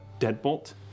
deadbolt